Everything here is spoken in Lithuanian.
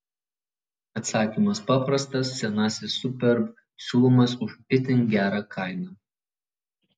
atsakymas paprastas senasis superb siūlomas už itin gerą kainą